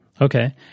Okay